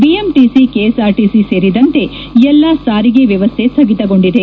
BMTC KSRTC ಸೇರಿದಂತೆ ಎಲ್ಲಾ ಸಾರಿಗೆ ವ್ಯವಸ್ಥೆ ಸ್ಲಗಿತಗೊಂಡಿದೆ